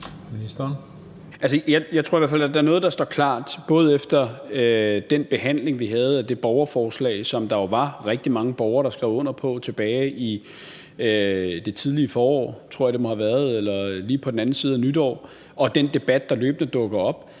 Jeg tror i hvert fald, der er noget, der står helt klart, både efter den behandling, som vi havde af det borgerforslag – som der jo var rigtig mange borgere der skrev under på tilbage i det tidlige forår, tror jeg det må have været, eller lige på den anden side af nytår – og den debat, der løbende dukker op,